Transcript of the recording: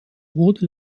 wurde